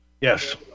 Yes